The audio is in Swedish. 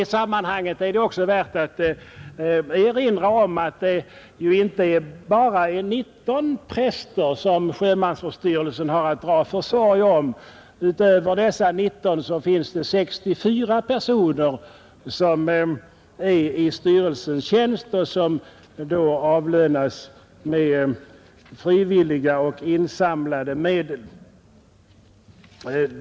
I sammanhanget bör också erinras om att det inte bara är 19 präster som sjömansvårdsstyrelsen har att dra försorg om; utöver dem finns det 64 personer i styrelsens tjänst som avlönas med frivilliga, insamlade medel.